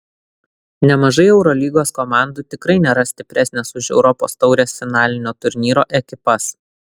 nemažai eurolygos komandų tikrai nėra stipresnės už europos taurės finalinio turnyro ekipas